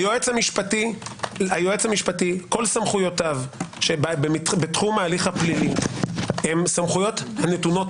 היועץ המשפטי כל סמכויותיו שבתחום ההליך הפלילי הן נתונות